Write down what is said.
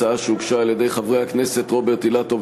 הצעה שהוגשה על-ידי חברי הכנסת רוברט אילטוב,